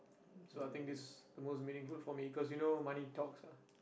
so I think this the most meaningful for me cause you know money talks ah